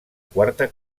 quarta